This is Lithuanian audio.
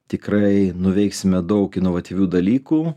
tikrai nuveiksime daug inovatyvių dalykų